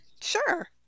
Sure